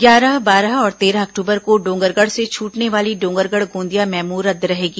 ग्यारह बारह और तेरह अक्टूबर को डॉगरगढ़ से छूटने वाली डोंगरगढ़ गोंदिया मेमू रद्द रहेगी